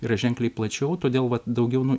yra ženkliai plačiau todėl vat daugiau